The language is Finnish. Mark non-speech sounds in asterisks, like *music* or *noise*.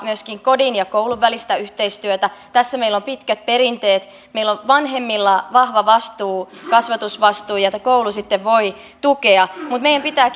kodin ja koulun välistä yhteistyötä tässä meillä on pitkät perinteet meillä on vanhemmilla vahva vastuu kasvatusvastuu jota koulu sitten voi tukea mutta meidän pitää *unintelligible*